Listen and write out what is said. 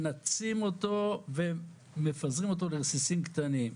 מנתצים אותו ומפזרים אותו לרסיסים קטנים.